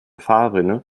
fahrrinne